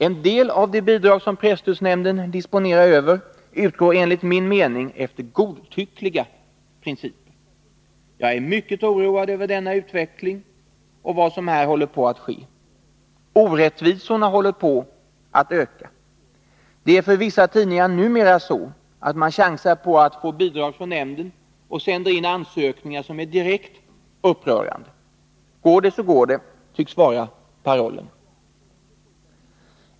En del av de bidrag som presstödsnämnden disponerar över utgår enligt min mening efter godtyckliga principer. Jag är mycket oroad över denna utveckling och vad som här håller på att ske. Orättvisorna håller på att öka. Vissa tidningar chansar numera på att få bidrag från nämnden och sänder in ansökningar som är direkt upprörande. Går det så går det, tycks vara parollen.